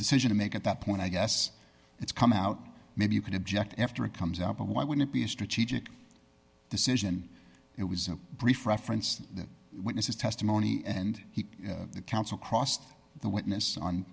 decision to make at that point i guess it's come out maybe you can object after it comes out but why would it be a strategic decision it was a brief reference that witness's testimony and he counsel crossed the witness on